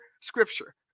scripture